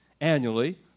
annually